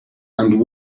and